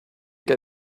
get